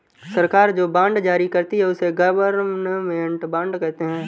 सरकार जो बॉन्ड जारी करती है, उसे गवर्नमेंट बॉन्ड कहते हैं